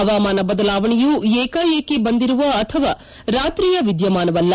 ಹವಾಮಾನ ಬದಲಾವಣೆಯು ಏಕಾಏಕಿ ಬಂದಿರುವ ಅಥವಾ ರಾತ್ರಿಯ ವಿದ್ಯಮಾನವಲ್ಲ